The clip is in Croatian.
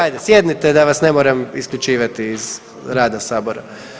Ajde sjednite da vas ne moram isključivati iz rada sabora.